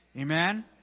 Amen